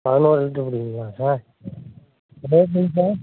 பதினோரு லிட்ரு பிடிக்குங்களா சார் ரேட்டுங்க சார்